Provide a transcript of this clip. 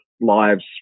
lives